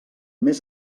més